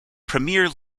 premier